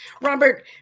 Robert